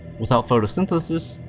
without photosynthesis,